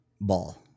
ball